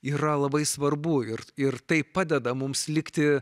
yra labai svarbu ir ir tai padeda mums likti